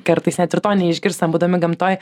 kartais net ir to neišgirstam būdami gamtoj